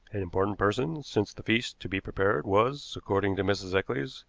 an important person, since the feast to be prepared was, according to mrs. eccles,